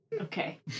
Okay